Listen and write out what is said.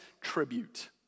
tribute